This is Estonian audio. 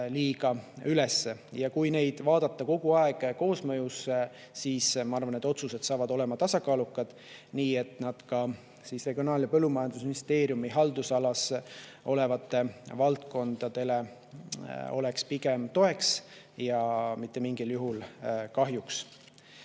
liiga üles. Ja kui neid vaadata kogu aeg koosmõjus, siis, ma arvan, on otsused tasakaalukad, nii et need on ka Regionaal- ja Põllumajandusministeeriumi haldusalas olevatele valdkondadele pigem toeks ja mitte mingil juhul kahjuks.